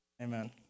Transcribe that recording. Amen